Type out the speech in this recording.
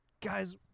Guys